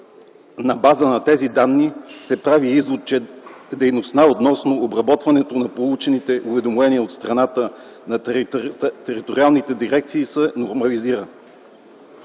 На база на тези данни се прави извод, че дейността относно обработването на получени уведомления от страна на териториалните дирекции се нормализира.